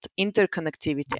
interconnectivity